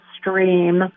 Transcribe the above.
Stream